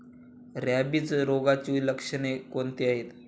Rabies रोगाची लक्षणे कोणती आहेत?